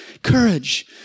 Courage